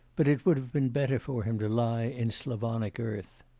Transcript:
but it would have been better for him to lie in slavonic earth